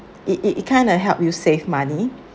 it it it kind of help you save money